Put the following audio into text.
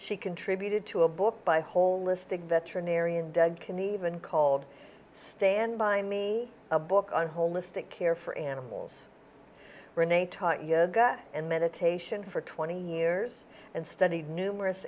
she contributed to a book by holistic veterinarian can even called stand by me a book on holistic care for animals rene taught yoga and meditation for twenty years and studied numerous